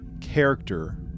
character